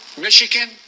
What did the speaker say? Michigan